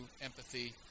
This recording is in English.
empathy